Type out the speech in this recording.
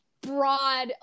broad